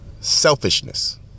selfishness